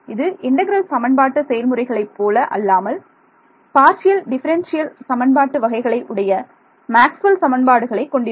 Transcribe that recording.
இது இன்டெக்ரல் சமன்பாட்டு செயல்முறைகளை போல அல்லாமல் இது பார்ஷியல் டிஃபரண்ஷியல் சமன்பாடு வகைகளை உடைய மேக்ஸ்வெல் சமன்பாடுகளை கொண்டிருக்கும்